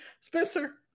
Spencer